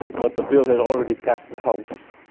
but the bill had already passed the house.